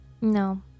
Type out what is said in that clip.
No